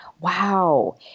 Wow